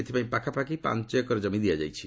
ଏଥିପାଇଁ ପାଖାପାଖି ପାଞ୍ଚ ଏକର ଜମି ଦିଆଯାଇଛି